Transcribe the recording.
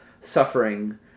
suffering